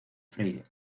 freire